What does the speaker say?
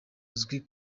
azwi